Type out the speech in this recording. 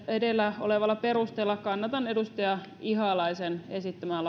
edellä olevalla perusteella kannatan edustaja ihalaisen esittämää